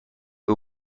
who